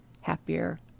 happier